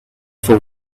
for